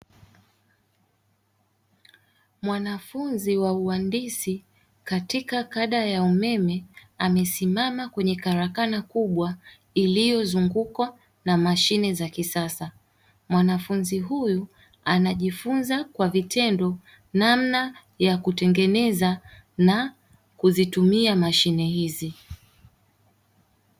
Mwanafunzi wa uhandisi katika kada ya umeme, amesimama kwenye karakana kubwa iliyozungukwa na mashine za kisasa, mwanafunzi huyu anajifunza kwa vitendo namna ya kutengeneza na kuzitumia mashine hizi.